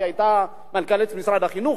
כי היא היתה מנכ"לית משרד החינוך,